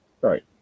right